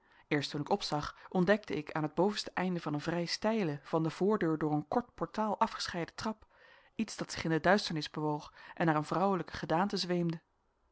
eerst toen ik opzag ontdekte ik aan het bovenste einde van een vrij steile van de voordeur door een kort portaal afgescheiden trap iets dat zich in de duisternis bewoog en naar een vrouwelijke gedaante zweemde